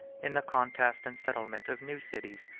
in the conquest and settlement of new cities,